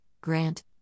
Grant